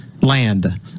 land